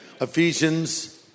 Ephesians